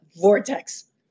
vortex